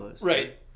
right